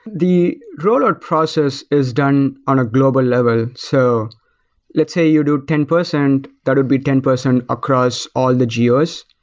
the rollout process is done on a global level. so let's say you do ten percent, that would be ten percent across all the ah gos.